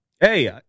Hey